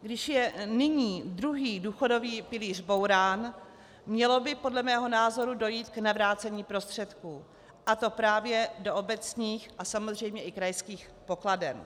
Když je nyní druhý důchodový pilíř bourán, mělo by podle mého názoru dojít k navrácení prostředků, a to právě do obecních a samozřejmě i krajských pokladen.